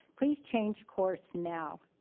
please change course now.